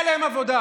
אין להם עבודה.